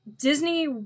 Disney